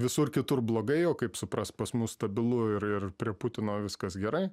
visur kitur blogai o kaip supras pas mus stabilu ir ir prie putino viskas gerai